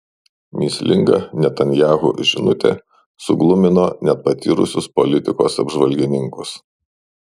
mįslinga netanyahu žinutė suglumino net patyrusius politikos apžvalgininkus